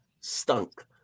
stunk